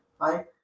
Right